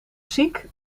ziek